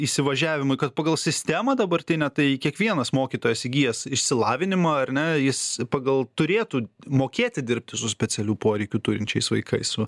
įsivažiavimui kad pagal sistemą dabartinę tai kiekvienas mokytojas įgijęs išsilavinimą ar ne jis pagal turėtų mokėti dirbti su specialių poreikių turinčiais vaikais su